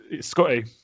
Scotty